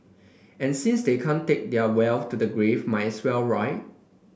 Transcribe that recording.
and since they can't take their wealth to the grave might as well right